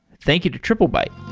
thank you to triplebyte